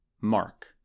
Mark